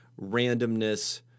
randomness